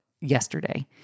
yesterday